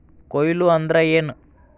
ಕೊಯ್ಲು ಅಂದ್ರ ಏನ್?